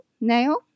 nail